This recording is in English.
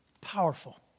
Powerful